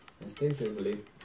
Instinctively